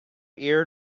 ear